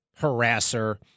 harasser